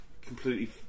completely